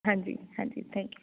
ਹਾਂਜੀ ਹਾਂਜੀ thank you